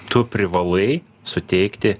tu privalai suteikti